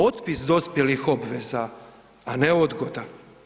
Otpis dospjelih obveza, a ne odgoda.